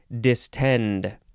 Distend